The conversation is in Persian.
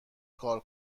کار